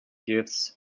gifts